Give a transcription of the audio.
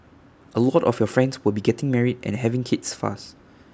A lot of your friends will be getting married and having kids fast